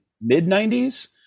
mid-90s